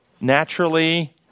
naturally